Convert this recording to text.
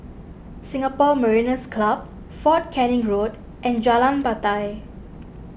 Singapore Mariners' Club fort Canning Road and Jalan Batai